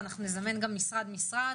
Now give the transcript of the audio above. ואנחנו נזמן משרד משרד,